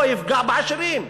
הוא לא יפגע בעשירים,